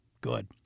good